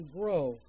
grow